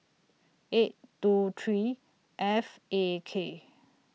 eight two three F A K